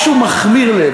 משהו מכמיר לב,